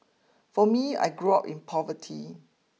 for me I grew up in poverty